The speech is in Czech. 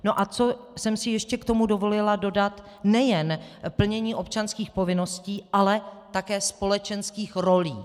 A co jsem si k tomu ještě dovolila dodat nejen plnění občanských povinností, ale také společenských rolí.